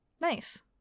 Nice